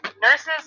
nurses